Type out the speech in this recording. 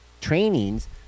trainings